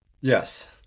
Yes